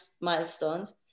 milestones